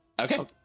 Okay